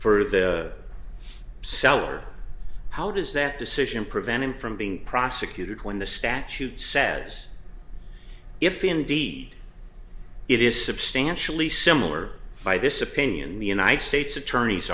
for the seller how does that decision prevent him from being prosecuted when the statute says if indeed it is substantially similar by this opinion in the united states attorney's